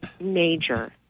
Major